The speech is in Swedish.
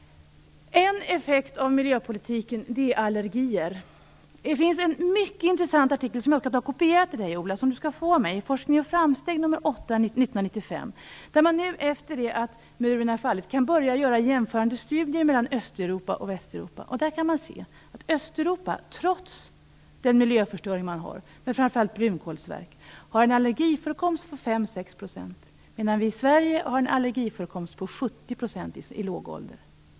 En effekt av miljöpolitiken är allergier. Det finns en mycket intressant artikel som jag skall kopiera till Ola Sundell. Han skall få den av mig. Den kommer från Forskning och Framsteg nr 8 år 1995. Man kan efter det att muren har fallit börja göra jämförande studier mellan Östeuropa och Västeuropa. Man kan se att Östeuropa trots miljöförstöringen från framför allt brunkolsverk har en allergiförekomst på 5-6 %, medan vi i Sverige har en allergiförekomst på 70 % hos människor i låg ålder.